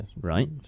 Right